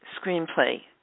screenplay